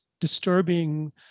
disturbing